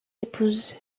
épouse